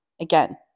again